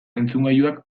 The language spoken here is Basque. entzungailuak